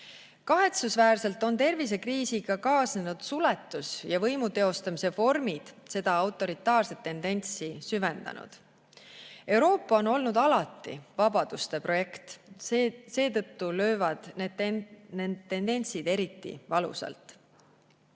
autokraatia. Kahetsusväärselt on tervisekriisiga kaasnenud suletus ja võimu teostamise vormid on seda autoritaarset tendentsi süvendanud. Euroopa on olnud alati vabaduste projekt, seetõttu löövad need tendentsid eriti valusalt.